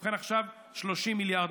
ובכן, עכשיו 30 מיליארד.